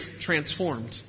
transformed